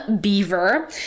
Beaver